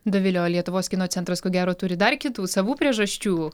dovile o lietuvos kino centras ko gero turi dar kitų savų priežasčių